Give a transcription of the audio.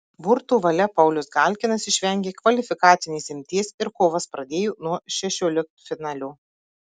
burtų valia paulius galkinas išvengė kvalifikacinės imties ir kovas pradėjo nuo šešioliktfinalio